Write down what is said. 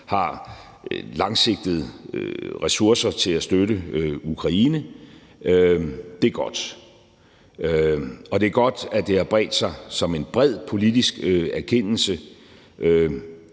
har langsigtede ressourcer til at støtte Ukraine. Det er godt, og det er godt, at det har bredt sig som en bred politisk erkendelse